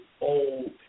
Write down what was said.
old